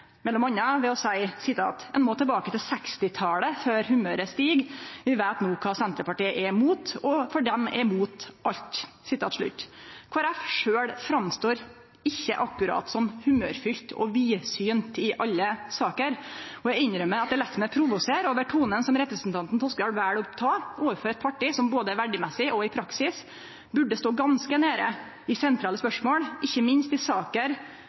Senterpartiet, ved m.a. å seie: «En må kanskje tilbake til 1960-tallet før Senterpartiets humør stiger og vi vet alt om hva Senterpartiet nå er imot, for de er imot alt.» Kristeleg Folkeparti sjølv står ikkje akkurat fram som humørfylt og vidsynt i alle saker, og eg innrømmer at eg lèt meg provosere av tonen representanten Toskedal vel å ta overfor eit parti som han både verdimessig og i praksis burde stå ganske nær i sentrale spørsmål, ikkje minst i saker